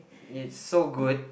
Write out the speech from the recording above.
it's so good